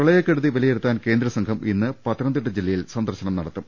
പ്രളയക്കെടുതി വിലയിരുത്താൻ കേന്ദ്ര സംഘം ഇന്ന് പത്തനം തിട്ട ജില്ലയിൽ സന്ദർശനം നടത്തും